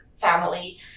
family